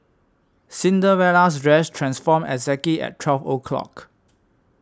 Cinderella's dress transformed exactly at twelve o' clock